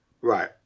right